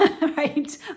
right